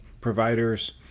providers